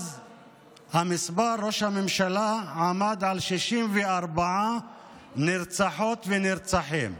ראש הממשלה, המספר אז עמד על 64 נרצחות ונרצחים,